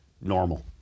normal